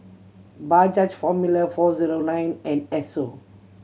Bajaj Formula Four Zero Nine and Esso